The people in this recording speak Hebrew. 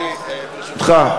ברשותך,